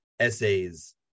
essays